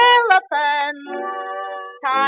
Elephant